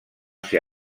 ser